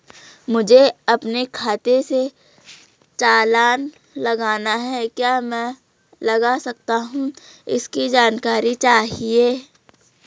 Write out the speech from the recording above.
मुझे अपने खाते से चालान लगाना है क्या मैं लगा सकता हूँ इसकी जानकारी चाहिए?